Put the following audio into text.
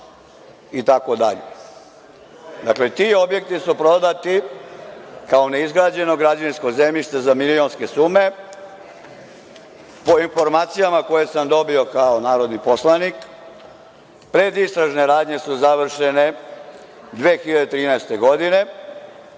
zgrade ZDOPA itd. Ti objekti su prodati kao ne izgrađeno građevinsko zemljište za milionske sume. Po informacijama, koje sam dobio kao narodni poslanik, predistražne radnje su završene 2013. godine.